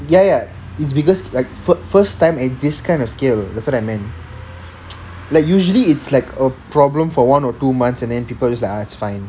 ya ya is bigger first time at this kind of scale that's what I meant like usually it's like a problem for one or two months and then people just ah it's fine